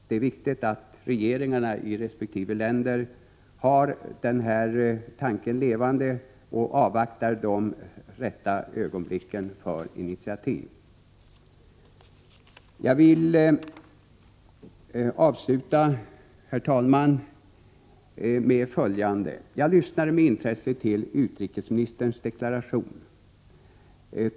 Det är viktigt att regeringarna i resp. länder håller den här tanken levande och avvaktar de rätta ögonblicken för initiativ. Jag vill avsluta, herr talman, med följande. Jag lyssnade med intresse till utrikesministerns deklaration.